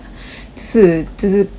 是就是就是